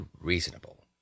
reasonable